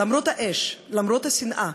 למרות האש, למרות השנאה,